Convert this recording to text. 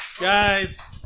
guys